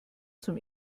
zum